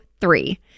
three